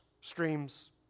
streams